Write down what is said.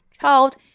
child